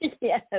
Yes